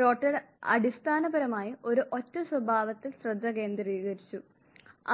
rotor അടിസ്ഥാനപരമായി ഒരു ഒറ്റ സ്വഭാവത്തിൽ ശ്രദ്ധ കേന്ദ്രീകരിച്ചു